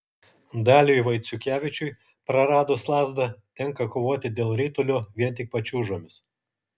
daliui vaiciukevičiui praradus lazdą tenka kovoti dėl ritulio vien tik pačiūžomis